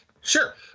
sure